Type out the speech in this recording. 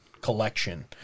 collection